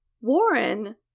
Warren